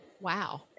Wow